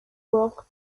brock